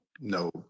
no